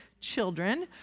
children